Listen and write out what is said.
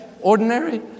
ordinary